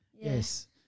Yes